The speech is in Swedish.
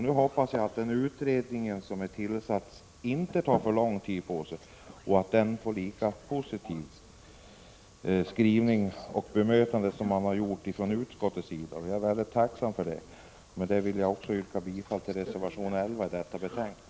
Nu hoppas jag att den utredning som har tillsatts inte tar för lång tid på sig och att den får en lika positiv skrivning och ett lika positivt bemötande som jag har fått från utskottets sida. Jag är mycket tacksam för det. Därmed vill jag yrka bifall till reservation 11 i detta betänkande.